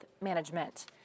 management